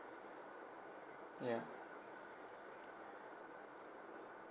ya